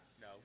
No